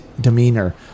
demeanor